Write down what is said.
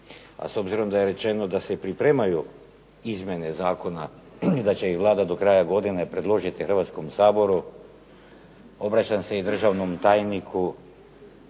a s obzirom da je rečeno da se pripremaju izmjene zakona i da će ih Vlada do kraja godine predložiti Hrvatskom saboru obraćam se i državnom tajniku